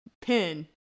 pin